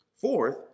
Fourth